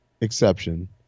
exception